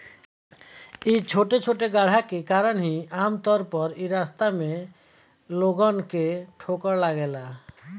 इ छोटे छोटे गड्ढे के कारण ही आमतौर पर इ रास्ता में लोगन के ठोकर लागेला